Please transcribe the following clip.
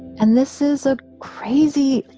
and this is a crazy,